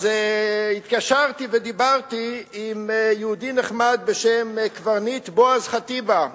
התקשרתי ודיברתי עם יהודי נחמד בשם קברניט בועז חטיבה,